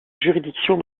juridiction